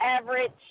average